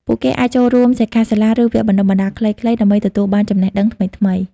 ពួកគេអាចចូលរួមសិក្ខាសាលា ឬវគ្គបណ្ដុះបណ្ដាលខ្លីៗដើម្បីទទួលបានចំណេះដឹងថ្មីៗ។